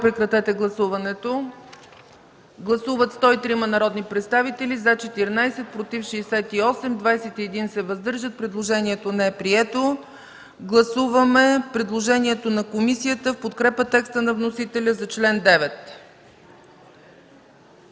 комисията не подкрепя. Гласували 103 народни представители: за 14, против 68, въздържали се 21. Предложението не е прието. Гласуваме предложението на комисията в подкрепа текста на вносителя за чл. 9.